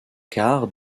quart